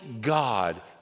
God